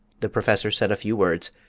the professor said a few words,